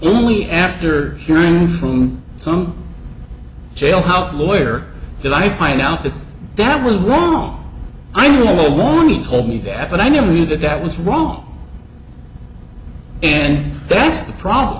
only after hearing from some jailhouse lawyer that i find out that that was wrong i knew all along he told me that but i knew that that was wrong and that's the problem